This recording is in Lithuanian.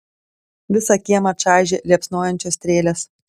visą kiemą čaižė liepsnojančios strėlės